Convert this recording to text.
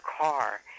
car